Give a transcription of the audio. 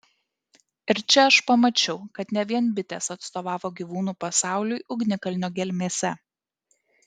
ir čia aš pamačiau kad ne vien bitės atstovavo gyvūnų pasauliui ugnikalnio gelmėse